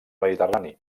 mediterrani